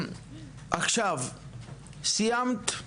סיימת?